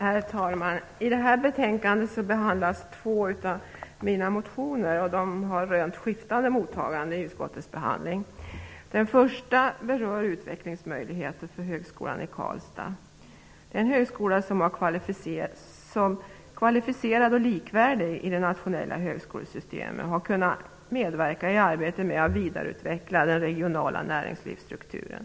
Herr talman! I detta betänkande behandlas två av mina motioner. De har rönt skiftande mottagande i utskottets behandling. Den första berör utvecklingsmöjligheter för högskolan i Karlstad. Den högskolan har som kvalificerad och likvärdig i det nationella högskolesystemet kunnat medverka i arbetet med att vidareutveckla den regionala näringslivsstrukturen.